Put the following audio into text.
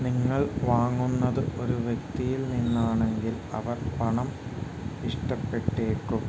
നിങ്ങൾ വാങ്ങുന്നത് ഒരു വ്യക്തിയിൽ നിന്നാണെങ്കില് അവർ പണം ഇഷ്ടപ്പെട്ടേക്കും